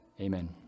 Amen